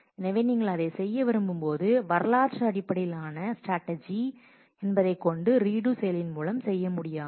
எனவே நீங்கள் அதைச் செய்ய விரும்பும்போது வரலாற்று அடிப்படையிலான ஸ்ட்ராடஜி என்பதை கொண்டு ரீடு செயலின் மூலம் செய்ய முடியாது